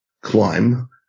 climb